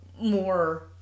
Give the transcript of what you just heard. more